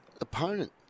opponent